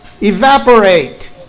evaporate